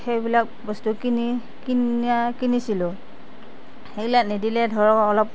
সেইবিলাক বস্তু কিনি কিনা কিনিছিলোঁ সেইবিলাক নিদিলে ধৰক অলপ